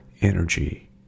energy